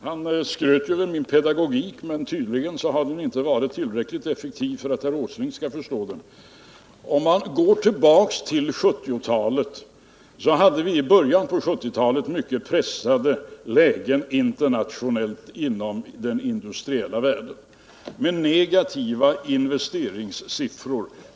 Han berömde min pedagogik, men tydligen har den inte varit tillräckligt effektiv för att herr Åsling skall förstå den. I början på 1970-talet hade man mycket pressade lägen internationellt i den industriella världen med negativa investeringssiffror.